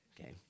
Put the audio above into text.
Okay